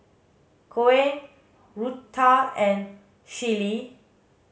Koen Rutha and Shelli